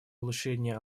улучшении